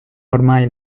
ormai